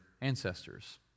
ancestors